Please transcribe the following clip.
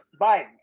Biden